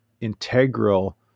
integral